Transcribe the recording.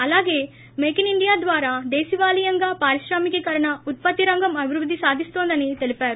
అలాగే make in India ద్వారా దేశవాళీయంగా పారిశ్రామీకరణ ఉత్పత్తి రంగం అభివృద్ది సాధిన్తోందని తెలిపారు